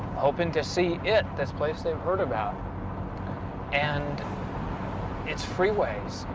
hoping to see it this place they've heard about and its freeways,